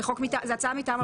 זאת הצעה מטעם הוועדה.